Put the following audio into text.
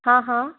हाँ हाँ